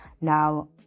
Now